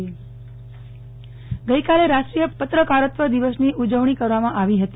નેહ્લ ઠક્કર પત્રકારત્વ દિવસની ઉજવણી ગઈકાલે રાષ્ટ્રીય પત્રકારત્વ દિવસની ઉજવણી કરવામાં આવી હતી